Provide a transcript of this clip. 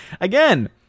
Again